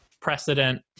precedent